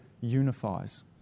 unifies